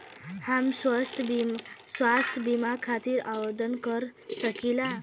हम स्वास्थ्य बीमा खातिर आवेदन कर सकीला?